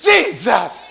Jesus